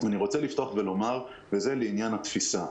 לעניין התפיסה,